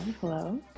Hello